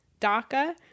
DACA